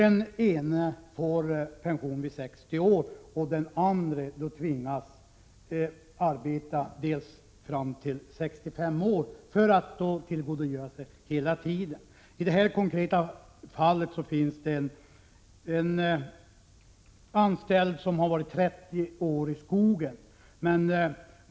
Den ene får pension vid 60 års ålder, medan den andre tvingas arbeta fram till 65 års ålder för att få tillgodoräkna sig hela sin arbetstid. I det konkreta fallet gäller det en anställd som varit 30 år i skogen.